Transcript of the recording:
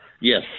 Yes